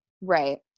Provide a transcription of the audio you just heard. Right